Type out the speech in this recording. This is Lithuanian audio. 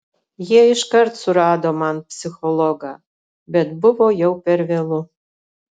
jie iškart surado man psichologą bet buvo jau per vėlu